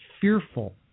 fearful